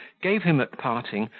gave him at parting,